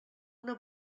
una